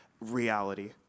reality